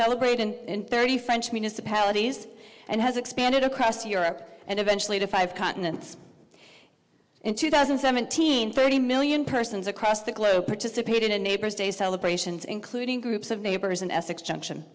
celebrated in thirty french municipalities and has expanded across europe and eventually to five continents in two thousand and seventeen thirty million persons across the globe participated in neighbors day celebrations including groups of neighbors in essex junction